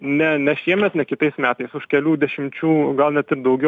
ne ne šiemet ne kitais metais už kelių dešimčių gal net ir daugiau